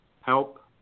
help